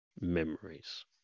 memories